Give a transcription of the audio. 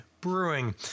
Brewing